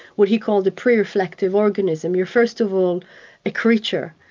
what he called a preflective organism, you're first of all a creature,